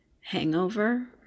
hangover